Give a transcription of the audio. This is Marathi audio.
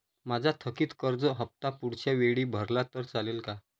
माझा थकीत कर्ज हफ्ता पुढच्या वेळी भरला तर चालेल का?